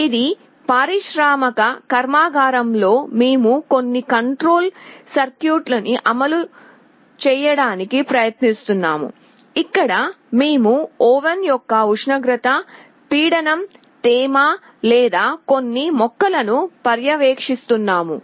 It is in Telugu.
ఒక పారిశ్రామిక కర్మాగారంలో మేము కొన్ని కంట్రోల్ సర్క్యూట్రీని అమలు చేయడానికి ప్రయత్నిస్తున్నాము ఇక్కడ మేము ఓవెన్ యొక్క ఉష్ణోగ్రత పీడనం తేమ లేదా కొన్ని మొక్కలను పర్యవేక్షిస్తున్నాము